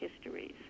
histories